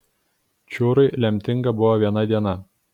čiūrui lemtinga buvo viena diena